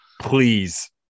Please